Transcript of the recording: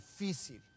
difícil